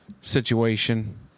Situation